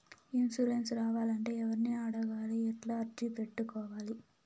Insurance రావాలంటే ఎవర్ని అడగాలి? ఎట్లా అర్జీ పెట్టుకోవాలి?